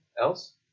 else